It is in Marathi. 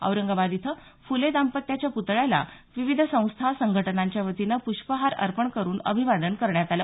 औरंगाबाद इथं फुले दाम्पत्याच्या पुतळ्याला विविध संस्था संघटनांच्या वतीनं प्रष्पहार अर्पण करून अभिवादन करण्यात आलं